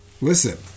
Listen